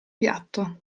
piatto